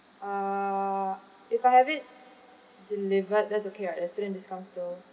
uh If I have it delivered that's okay right the student discount still